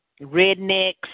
rednecks